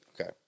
Okay